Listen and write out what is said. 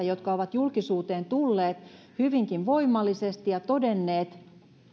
jotka ovat julkisuuteen tulleet hyvinkin voimallisesti ja todenneet